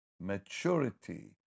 Maturity